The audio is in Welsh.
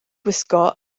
gwisgo